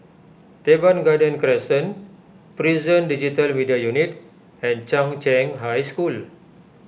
Teban Garden Crescent Prison Digital Media Unit and Chung Cheng High School